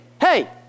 Hey